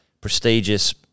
prestigious